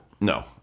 No